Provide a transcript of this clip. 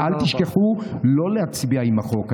ואל תשכחו לא להצביע עם החוק.